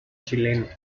chileno